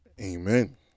Amen